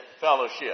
fellowship